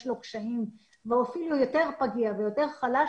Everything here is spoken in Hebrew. לו קשיים והוא אפילו יותר פגיע ויותר חלש,